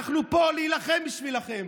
אנחנו פה להילחם בשבילכם,